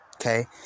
Okay